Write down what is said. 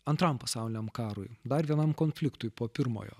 antram pasauliniam karui dar vienam konfliktui po pirmojo